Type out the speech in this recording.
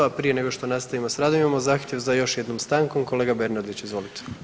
A prije nego što nastavimo s radom imamo zahtjev za još jednom stankom, kolega Bernardić izvolite.